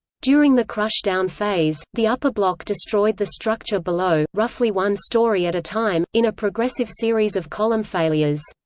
during the crush-down phase, the upper block destroyed the structure below, roughly one story at a time, in a progressive series of column failures.